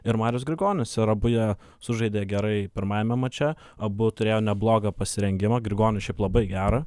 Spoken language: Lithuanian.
ir marius grigonis ir abu jie sužaidė gerai pirmajame mače abu turėjo neblogą pasirengimą grigonis šiaip labai gerą